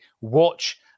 watch